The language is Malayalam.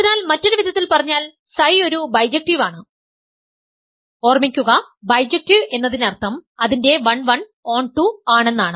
അതിനാൽ മറ്റൊരു വിധത്തിൽ പറഞ്ഞാൽ Ψ ഒരു ബൈജെക്ടിവാണ് ഓർമ്മിക്കുക ബൈജക്ടീവ് എന്നതിനർത്ഥം അതിന്റെ 1 1 ഉO ഓൺ ടു ഉം ആണ്